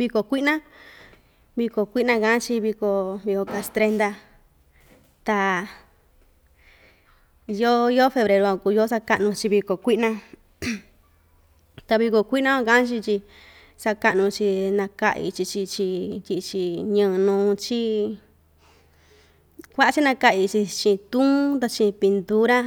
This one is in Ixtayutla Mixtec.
viko kuiꞌna kivo kuiꞌna kaꞌan‑chi viko kastrenda ta yoo yoo febreru van kuu yoo sakaꞌnu‑chi viko kuiꞌna ta viko kuiꞌna van kaꞌan‑chi tyi sakaꞌnu‑chi nakaꞌyɨ‑chi chii‑chi tyiꞌi‑chi ñɨɨ nuu‑chi kuaꞌa‑chi nakaꞌyɨ chii‑chii chiꞌin tuun ta chiꞌin pintura.